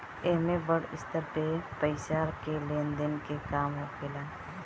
एमे बड़ स्तर पे पईसा के लेन देन के काम होखेला